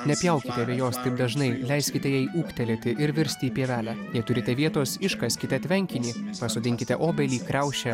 nepjaukite vejos taip dažnai leiskite jai ūgtelėti ir virsti į pievelę neturite vietos iškaskite tvenkinį pasodinkite obelį kriaušę